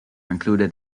included